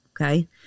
okay